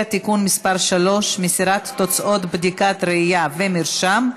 (תיקון מס' 3) (מסירת תוצאות בדיקת ראייה ומרשם),